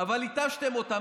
אבל התשתם אותם.